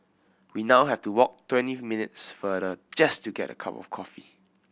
we now have to walk twenty minutes farther just to get a cup of coffee